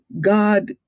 God